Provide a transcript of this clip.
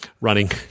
running